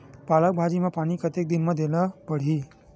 पालक भाजी म पानी कतेक दिन म देला पढ़ही?